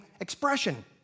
expression